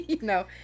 no